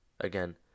again